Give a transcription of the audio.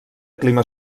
clima